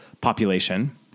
population